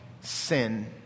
sin